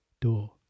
door